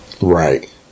right